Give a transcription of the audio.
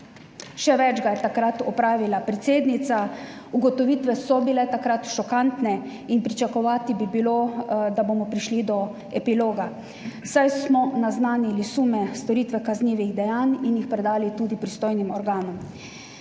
še več ga je takrat opravila predsednica. Ugotovitve so bile takrat šokantne in pričakovati bi bilo, da bomo prišli do epiloga, saj smo naznanili sume storitve kaznivih dejanj in jih predali tudi pristojnim organom.